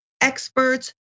experts